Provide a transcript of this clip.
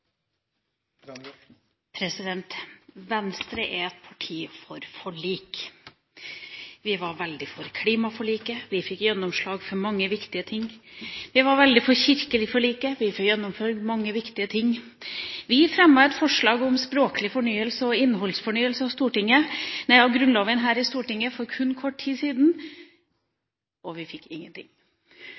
ivaretatt. Venstre er et parti som er for forlik. Vi var veldig for klimaforliket – vi fikk gjennomslag for mange viktige ting. Vi var veldig for det kirkelige forliket – vi fikk gjennomført mange viktige ting. Vi fremmet et forslag om språklig fornyelse og innholdsfornyelse av Grunnloven her i Stortinget for kort tid siden – og vi fikk ingenting.